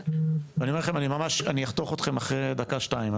אני אחתוך אתכם אחרי דקה או שתיים,